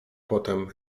potem